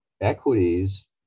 Equities